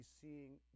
seeing